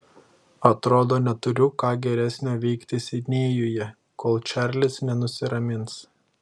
atrodo neturiu ką geresnio veikti sidnėjuje kol čarlis nenusiramins